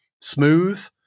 smooth